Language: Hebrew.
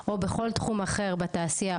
או בכל תחום אחר בתעשייה,